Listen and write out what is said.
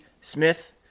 Smith